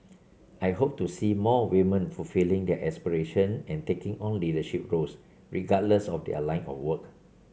I hope to see more women fulfilling their aspiration and taking on leadership roles regardless of their line of work